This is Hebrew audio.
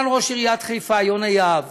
ראש עיריית חיפה יונה יהב